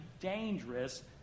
dangerous